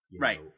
Right